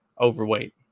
overweight